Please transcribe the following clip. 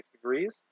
degrees